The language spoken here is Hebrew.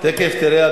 תיכף תראה,